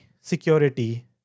security